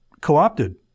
co-opted